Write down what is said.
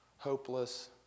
hopeless